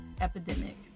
epidemic